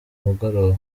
mugoroba